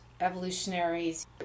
evolutionaries